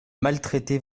maltraitez